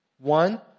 one